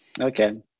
Okay